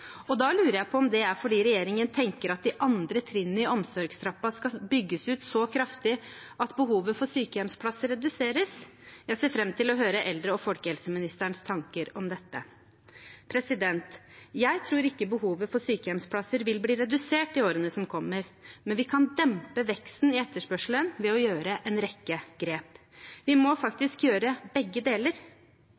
Da lurer jeg på om det er fordi regjeringen tenker at de andre trinnene i omsorgstrappen skal bygges ut så kraftig at behovet for sykehjemsplasser reduseres. Jeg ser fram til å høre eldre- og folkehelseministerens tanker om dette. Jeg tror ikke behovet for sykehjemsplasser vil bli redusert i årene som kommer, men vi kan dempe veksten i etterspørselen ved å gjøre en rekke grep. Vi må